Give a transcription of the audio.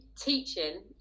teaching